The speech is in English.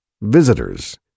visitors